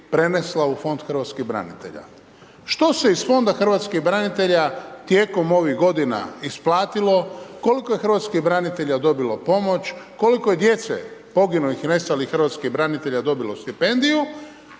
u Fond hrvatskih branitelja. Što se iz Fonda hrvatskih branitelja tijekom ovih godina isplatilo, koliko je hrvatskih branitelja dobilo pomoć, koliko je djece poginulih i nestalih hrvatskih branitelja dobilo stipendiju